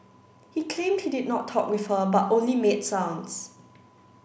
he claimed he did not talk with her but only made sounds